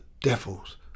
devils